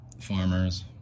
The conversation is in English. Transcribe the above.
farmers